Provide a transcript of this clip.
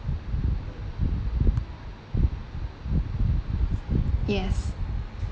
yes